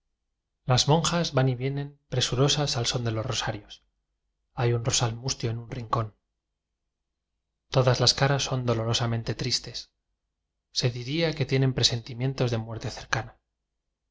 las monjas van y vienen presurosas al son de los rosarios hay un rosal mustio en un rincón todas las caras son dolorosamente trisfes se diría que tienen presentimientos de muerte cercana